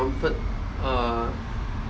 comfort uh